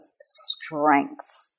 strength